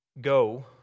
go